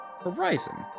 horizon